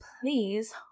please